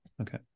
okay